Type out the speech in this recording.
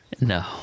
No